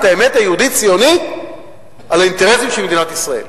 את האמת היהודית-ציונית על האינטרסים של מדינת ישראל.